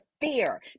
fear